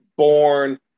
Born